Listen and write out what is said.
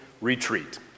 Retreat